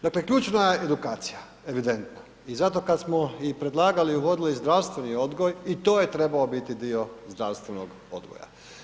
Dakle, ključna je edukacija, evidentna i zato kad smo predlagali i uvodili zdravstveni odgoj i to je trebao biti dio zdravstvenog odgoja.